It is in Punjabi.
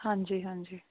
ਹਾਂਜੀ ਹਾਂਜੀ